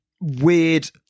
weird